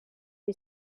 you